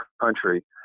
country